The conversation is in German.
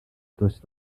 durch